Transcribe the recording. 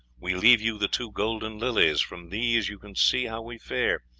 we leave you the two golden lilies from these you can see how we fare.